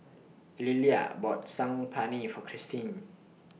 Lilla bought Saag Paneer For Cristin